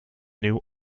new